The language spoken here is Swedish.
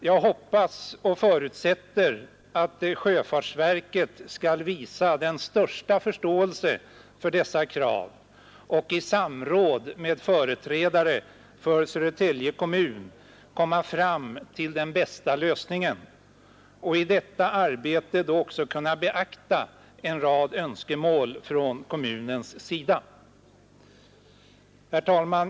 Jag hoppas och förutsätter att sjöfartsverket skall visa den största förståelse för dessa krav och i samråd med företrädare för Södertälje kommun komma fram till den bästa lösningen samt i detta arbete också kunna beakta en rad önskemål från kommunens sida. Herr talman!